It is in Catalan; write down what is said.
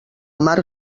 mar